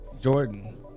Jordan